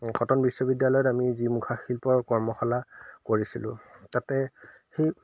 cotton বিশ্ববিদ্যালয়ত আমি যি মুখা শিল্পৰ কৰ্মশালা কৰিছিলোঁ তাতে সেই